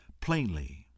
Plainly